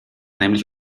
nämlich